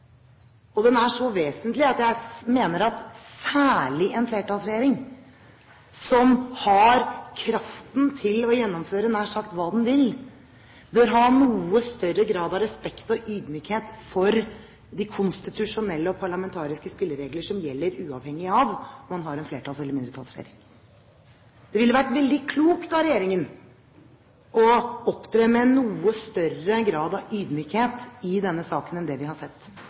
Den er så vesentlig at jeg mener at særlig en flertallsregjering, som har kraften til å gjennomføre nær sagt hva den vil, bør ha noe større grad av respekt og ydmykhet for de konstitusjonelle og parlamentariske spilleregler som gjelder uavhengig av om man har en flertallsregjering eller en mindretallsregjering. Det ville vært veldig klokt av regjeringen å opptre med noe større grad av ydmykhet i denne saken enn det vi har sett.